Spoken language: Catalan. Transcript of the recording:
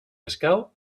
escau